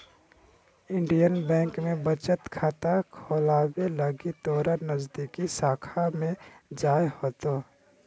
Indian Bank में बचत खाता खोलावे लगी तोरा नजदीकी शाखा में जाय होतो